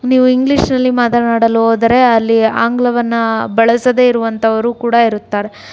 ನೀವು ಇಂಗ್ಲೀಷಲ್ಲಿ ಮಾತನಾಡಲು ಹೋದರೆ ಅಲ್ಲಿ ಆಂಗ್ಲವನ್ನು ಬಳಸದೇ ಇರುವಂಥವರು ಕೂಡ ಇರುತ್ತಾರೆ